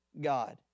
God